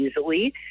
easily